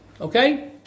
Okay